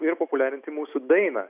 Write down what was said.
ir populiarinti mūsų dainą